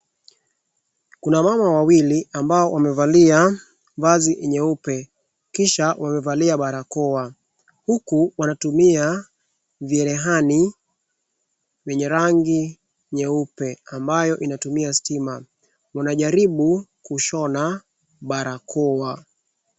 Kuna mama wawili ambao wamevalia vazi nyeupe. Kisha wamevalia barakoa huku wanatumia vyerehani vyenye rangi nyeupe ambayo inatumia stima. Wanajaribu kushona barakoa.